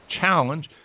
challenge